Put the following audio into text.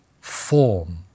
form